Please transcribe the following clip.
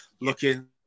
looking